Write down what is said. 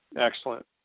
Excellent